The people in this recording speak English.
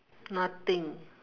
nothing